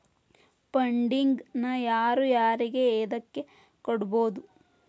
Funding ನ ಯಾರು ಯಾರಿಗೆ ಎದಕ್ಕ್ ಕೊಡ್ಬೊದು?